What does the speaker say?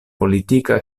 politika